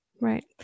Right